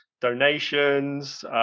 donations